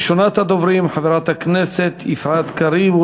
ראשונת הדוברים, חברת הכנסת יפעת קריב.